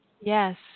Yes